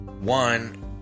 one